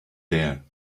there